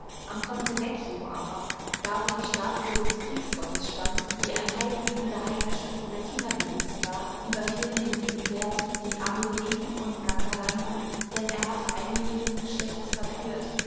am ponto vecchio aber da wo die statue des kriegsgottes stand die ein heiligtum der heidnischen florentiner gewesen war überfielen ihn die uberti die amedei und gangalandi denn er hatte eine ihres geschlechts verführt